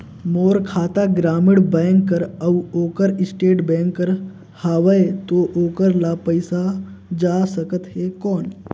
मोर खाता ग्रामीण बैंक कर अउ ओकर स्टेट बैंक कर हावेय तो ओकर ला पइसा जा सकत हे कौन?